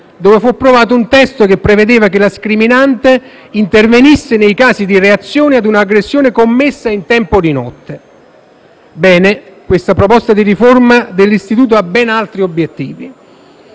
dove fu approvato un testo che prevedeva che la scriminante intervenisse nei casi di reazione ad un'aggressione commessa in periodo notturno. Ebbene, questa proposta di riforma dell'istituto ha ben altri obiettivi.